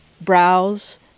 browse